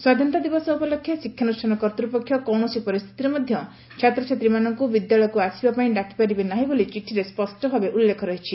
ସ୍ୱାଧୀନତା ଦିବସ ଉପଲକ୍ଷେ ଶିକ୍ଷାନୁଷ୍ଠାନ କର୍ଭ୍ରପକ୍ଷ କୌଣସି ପରିସ୍ଚିତିରେ ମଧ୍ଧ ଛାତ୍ରଛାତ୍ରୀମାନଙ୍ଙୁ ବିଦ୍ୟାଳୟକୁ ଆସିବା ପାଇଁ ଡାକିପାରିବେ ନାହିଁ ବୋଲି ଚିଠିରେ ସ୍ୱଷ୍ଟ ଭାବେ ଉଲ୍ଲେଖ ରହିଛି